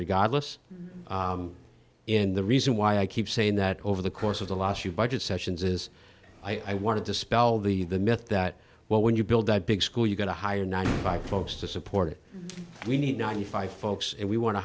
regardless in the reason why i keep saying that over the course of the last two budgets sessions is i want to dispel the myth that well when you build that big school you going to hire ninety five folks to support it we need ninety five folks and we want to